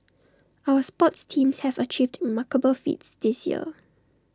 our sports teams have achieved remarkable feats this year